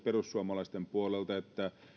perussuomalaisten puolelta että